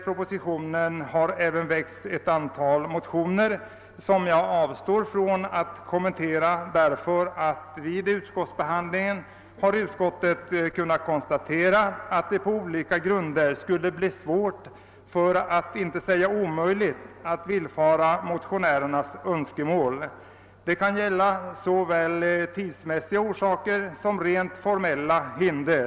propositionen har även väckts ett antal motioner, som jag avstår från att kommentera, därför att utskottet vid utskottsbehandlingen har kunnat konstatera att det på olika grunder skulle bli svårt — för att inte säga omöjligt — att " villfara motionärernas önskemål. Det kan gälla såväl tidsmässiga orsaker som rent formella hinder.